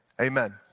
Amen